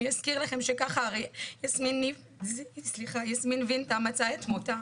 אני אזכיר לכם שככה יסמין וינטה מצאה את מותה,